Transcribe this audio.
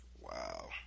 Wow